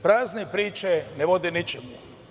Prazne priče ne vode ničemu.